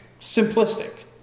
simplistic